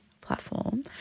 platform